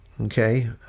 okay